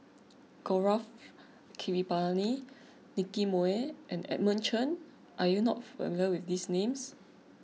Gaurav Kripalani Nicky Moey and Edmund Chen are you not familiar with these names